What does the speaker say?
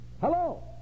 Hello